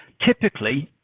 typically,